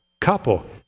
couple